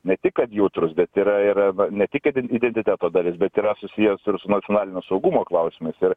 ne tik kad jautrus bet yra ir ne tik iden identiteto dalis bet yra susijęs ir su nacionalinio saugumo klausimais ir